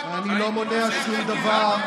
אני לא מונע שום דבר,